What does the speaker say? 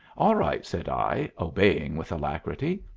all right, said i, obeying with alacrity.